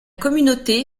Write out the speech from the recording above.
commune